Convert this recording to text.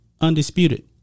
Undisputed